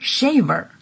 Shaver